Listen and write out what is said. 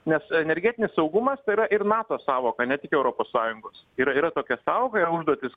nes energetinis saugumas tai yra ir nato sąvoka ne tik europos sąjungos ir yra tokia sąvoka yra užduotys